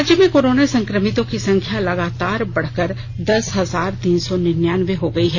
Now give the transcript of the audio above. राज्य में कोरोना संक्रमितों की संख्या लगातार बढ़कर दस हजार तीन सौ निन्नयानबे हो गई है